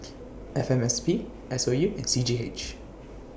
F M S P S O U and C G H